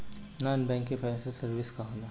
Non banking financial services का होला?